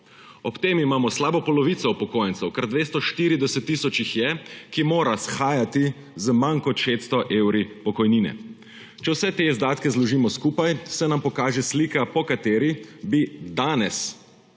Ob tem imamo slabo polovico upokojencev, kar 240 tisoč jih je, ki morajo shajati z manj kot 600 evri pokojnine. Če vse te izdatke zložimo skupaj, se nam pokaže slika, po kateri bi danes